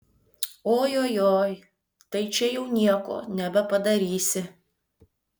ojojoi tai čia jau nieko nebepadarysi